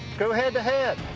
go head-to-head.